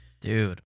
Dude